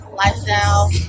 lifestyle